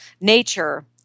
nature